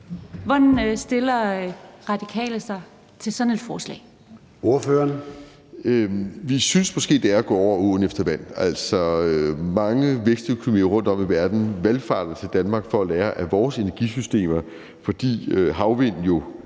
Ordføreren. Kl. 18:11 Martin Lidegaard (RV): Vi synes måske, det er et gå over åen efter vand. Mange vækstøkonomier rundtom i verden valfarter til Danmark for at lære af vores energisystemer, fordi havvindmøller